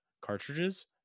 Cartridges